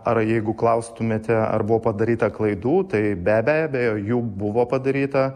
ar jeigu klaustumėte ar buvo padaryta klaidų tai be be abejo jų buvo padaryta